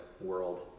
world